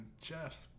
Jeff